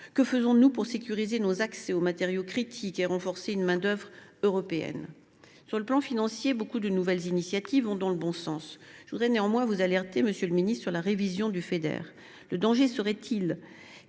Que faisons nous pour sécuriser nos accès aux matériaux critiques et renforcer une main d’œuvre européenne ? Sur le plan financier, nombre de nouvelles initiatives vont dans le bon sens. Je voudrais néanmoins vous alerter sur la révision du Fonds européen de